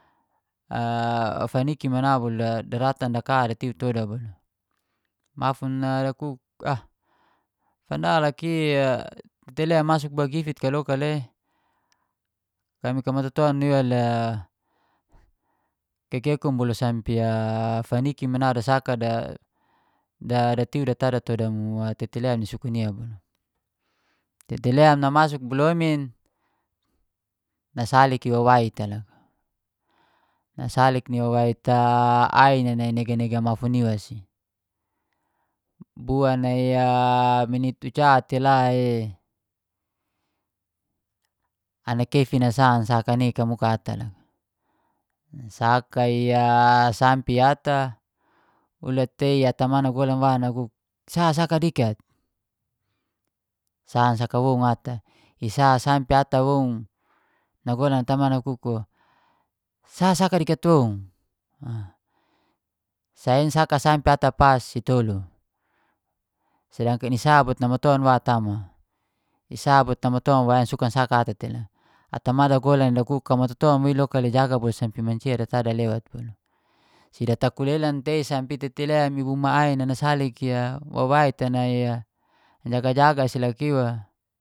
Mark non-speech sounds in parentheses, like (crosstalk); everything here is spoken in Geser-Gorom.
A faniki mana bolu daratan da ka datiu toda bolu. Mahun dakuk "ah fanda laki i tete lem masuk bagifit kau loka e kami matotoran iwa le kekeun bolu sampe (hesitation) faniki mana dasaka, datiu, data todang tete lem ni sukun iwa bolu". Tete lem anamasuk bo lominn nasalik ni wawait a ain nai nega wahun iw asi, bua nai menit uca tela e anak kefin na sa nasaka ni kamuka ata lo. Nasaka i sampe ata ulat tei ata manuk wulan wawa "sa saka dikat". Sa saka woun ata, isa sampe ata woun naguan ata ma nakuk o "sa saka rikat woun". Sa i saka ata pas si tolu, sedangkan isa bo namaton wa tama, isa namaton wawa iwa nasuka ata telo. Atamari da dakola dakuk " ka mataton wa i loka le jaga boi sampe maci data dalewat bolu, si datakulelan tei sampe tete lem i bo ain nasalik ia wawait a nai jaga-jaga si loka iwa